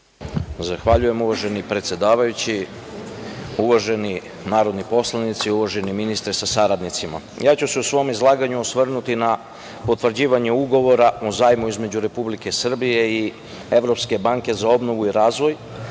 Zahvaljujem, uvaženi predsedavajući. Uvaženi narodni poslanici, uvaženi ministre sa saradnicima, u svom izlaganju ću se osvrnuti na potvrđivanje Ugovora o zajmu između Republike Srbije i Evropske banke za obnovu i razvoj,